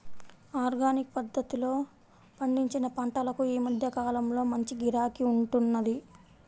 organic పద్ధతిలో పండించిన పంటలకు ఈ మధ్య కాలంలో మంచి గిరాకీ ఉంటున్నది